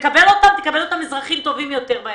תקבל אותם אזרחים טובים יותר בהמשך.